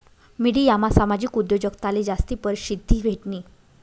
मिडियामा सामाजिक उद्योजकताले जास्ती परशिद्धी भेटनी